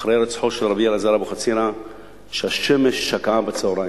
אחרי הירצחו של רבי אלעזר אבוחצירא ש"השמש שקעה בצהריים".